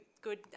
good